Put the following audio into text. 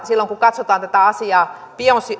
silloin kun katsotaan tätä asiaa